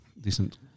decent